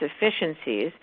efficiencies